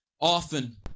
often